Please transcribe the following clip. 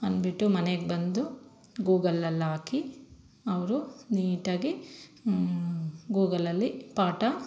ಅನ್ಬಿಟ್ಟು ಮನೆಗೆ ಬಂದು ಗೂಗಲಲ್ಲಾಕಿ ಅವರು ನೀಟಾಗಿ ಗೂಗಲಲ್ಲಿ ಪಾಠ